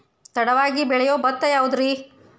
ತಡವಾಗಿ ಬೆಳಿಯೊ ಭತ್ತ ಯಾವುದ್ರೇ?